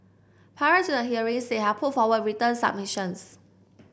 prior to the hearings they had put forward written submissions